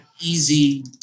easy